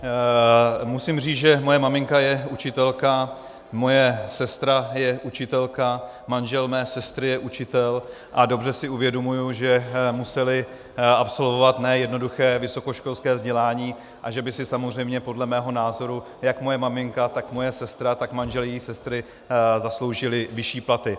Já musím říct, že moje maminka je učitelka, moje sestra je učitelka, manžel mé sestry je učitel a dobře si uvědomuji, že museli absolvovat ne jednoduché vysokoškolské vzdělání, a že by si samozřejmě podle mého názoru jak moje maminka, tak moje sestra, tak manžel její sestry zasloužili vyšší platy.